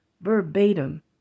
Verbatim